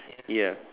ya